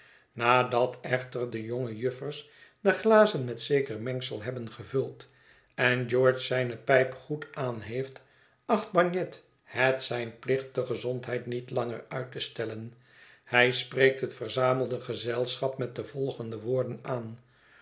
nadat echter de jonge juffers de glazen met zeker mengsel hebben gevuld en george zijne pijp goed aan heeft acht bagnet het zijn plicht de gezondheid niet langer uit te stellen hij spreekt het verzamelde gezelschap met de volgende woorden aan